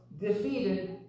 defeated